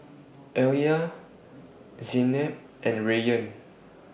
Alya Zaynab and Rayyan